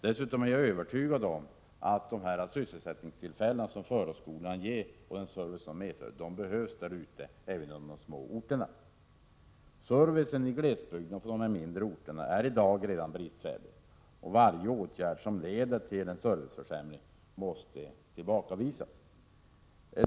Dessutom är jag övertygad om att de sysselsättningstillfällen som förarskolorna ger behövs på dessa aktuella småorter. Servicen i glesbygden och på de mindre orterna är redan i dag bristfällig. Varje åtgärd som leder till en serviceförsämring måste tillbakavisas.